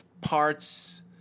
parts